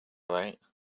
right